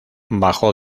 bajó